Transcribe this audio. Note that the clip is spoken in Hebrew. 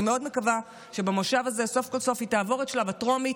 אני מאוד מקווה שבמושב הזה סוף כל סוף היא תעבור את שלב הטרומית,